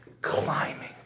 climbing